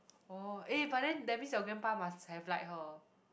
oh eh but then that means your grandpa must have like her